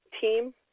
team